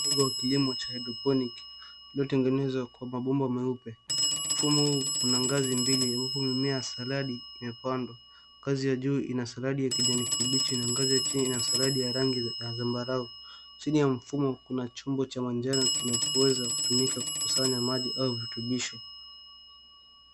Mfumo wa kilimo cha (cs) hydroponic (cs) kilicho tengenezwa kwa mabomba meupe. Mfumo huu una ngazi mbili nyeupe umemea saladi imepandwa. Ngazi ya juu ina saladi ya kijani kibichi, ngazi ya chini ina saladi ya rangi ya zamabarao. Chini ya mfumo kuna chombo cha manjano kinachoweza kutumika kukusanya maji au virutubisho.